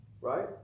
right